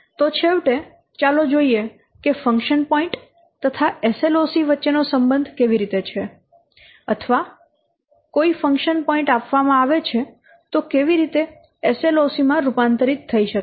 તો છેવટે ચાલો જોઈએ કે ફંક્શન પોઇન્ટ તથા SLOC વચ્ચેનો સંબંધ કેવી રીતે છે અથવા કોઈ ફંક્શન પોઇન્ટ આપવામાં આવે છે તે કેવી રીતે SLOC માં રૂપાંતરિત થઈ શકે છે